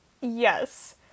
yes